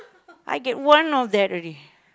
I get one of that already